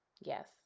Yes